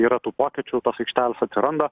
yra tų pokyčių tos aikštelės atsiranda